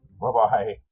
Bye-bye